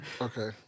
Okay